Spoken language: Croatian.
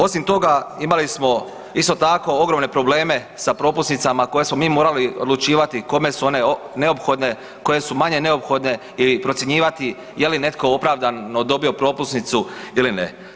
Osim toga imali smo isto tako ogromne probleme sa propusnicama koje smo mi morali odlučivati kome su one neophodne, koje su manje neophodne ili procjenjivati je li netko opravdan no dobio propusnicu ili ne.